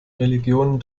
religionen